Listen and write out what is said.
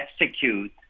execute